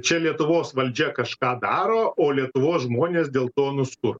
čia lietuvos valdžia kažką daro o lietuvos žmonės dėl to nuskur